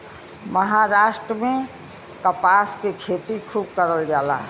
महाराष्ट्र में कपास के खेती खूब करल जाला